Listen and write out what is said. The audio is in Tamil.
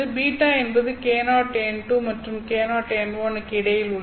β என்பது k0n2 மற்றும் k0n1 க்கு இடையில் உள்ளது